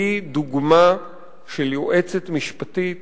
שהיא דוגמה של יועצת משפטית